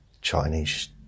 Chinese